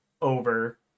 over